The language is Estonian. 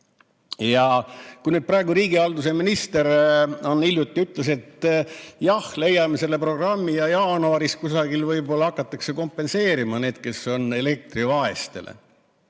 reaalsusesse. Ja riigihalduse minister hiljuti ütles, et jah, me leiame selle programmi ja jaanuaris kusagil võib-olla hakatakse kompenseerima neile, kes on elektrivaesed.